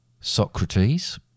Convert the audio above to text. Socrates